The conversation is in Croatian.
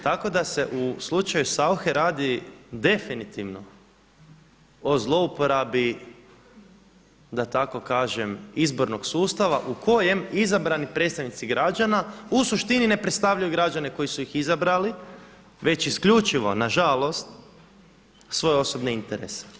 Tako da se u slučaju Sauche radi definitivno o zlouporabi da tako kažem izbornog sustava u kojem izabrani predstavnici građana u suštini ne predstavljaju građane koji su ih izabrali već isključivo na žalost svoje osobne interese.